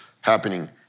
happening